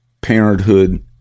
Parenthood